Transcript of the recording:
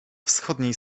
wschodniej